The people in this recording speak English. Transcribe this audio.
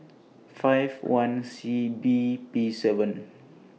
five one C B P seven